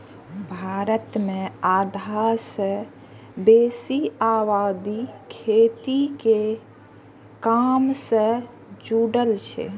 भारत मे आधा सं बेसी आबादी खेती के काम सं जुड़ल छै